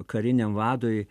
kariniam vadui